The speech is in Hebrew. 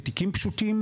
בתיקים פשוטים,